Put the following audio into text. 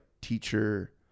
teacher